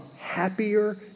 happier